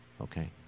Okay